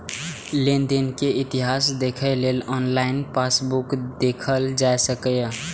लेनदेन के इतिहास देखै लेल ऑनलाइन पासबुक देखल जा सकैए